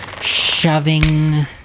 shoving